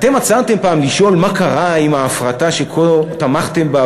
אתה עצרתם פעם לשאול מה קרה עם ההפרטה שכה תמכתם בה,